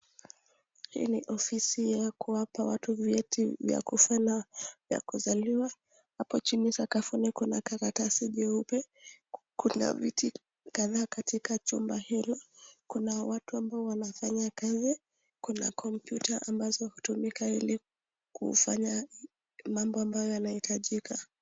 Hii ni ofisi ya kuwapa watu vyeti vya kuzaliwa. Hapo chini sakafuni kuna karatasi nyeupe kuna viti kadhaa katika chumba hilo. Kuna watu ambao wanafanya kazi kuna kompyuta ambazo hutumika kufanya mambo ambayo yanahitajika.